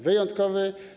Wyjątkowy?